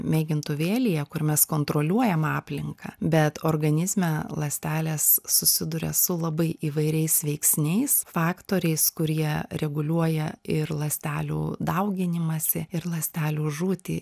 mėgintuvėlyje kur mes kontroliuojam aplinką bet organizme ląstelės susiduria su labai įvairiais veiksniais faktoriais kurie reguliuoja ir ląstelių dauginimąsi ir ląstelių žūtį